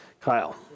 Kyle